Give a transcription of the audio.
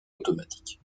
automatique